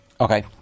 okay